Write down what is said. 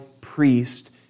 priest